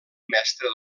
mestre